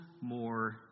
more